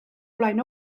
flaen